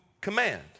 command